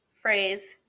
Phrase